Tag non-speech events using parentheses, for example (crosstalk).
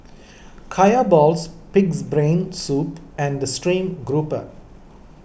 (noise) Kaya Balls Pig's Brain Soup and Stream Grouper